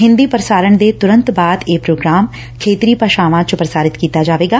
ਹਿੰਦੀ ਪ੍ਰਸਾਰਣ ਦੇ ਤੁਰੰਤ ਬਾਅਦ ਇਹ ਪ੍ਰੋਗਰਾਮ ਖੇਤਰੀ ਭਾਸ਼ਾਵਾਂ ਚ ਪ੍ਰਸਾਰਿਤ ਕੀਤਾ ਜਾਵੇਗਾ